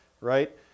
right